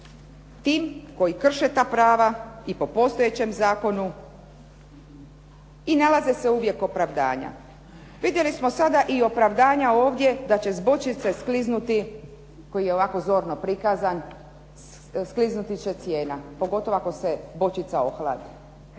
tim koji krše ta prava i po postojećem zakonu i nalaze se uvijek opravdanja. Vidjeli smo sada i opravdanja ovdje da će s bočice skliznuti koji je ovako zorno prikazan, skliznuti će cijena pogotovo ako se bočica ohladi.